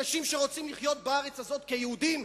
אנשים שרוצים לחיות בארץ הזאת כיהודים,